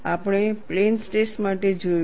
આપણે plane stress માટે જોયું છે